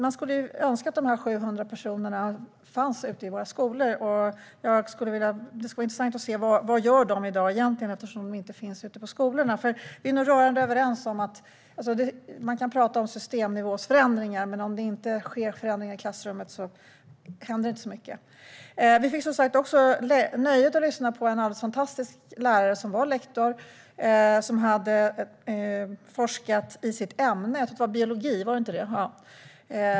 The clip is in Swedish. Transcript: Man skulle önska att de 700 personerna fanns ute i våra skolor. Det skulle vara intressant att se vad de gör i stället i dag, eftersom de inte finns ute i skolorna. Man kan prata om systemnivåförändringar. Men vi är nog rörande överens om att det inte händer särskilt mycket ifall det inte sker förändringar i klassrummen. Vi hade som sagt nöjet att lyssna på en fantastisk lärare. Hon var lektor och hade forskat i sitt ämne, biologi.